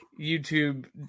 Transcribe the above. YouTube